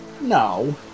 No